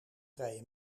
vrije